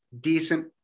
decent